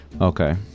okay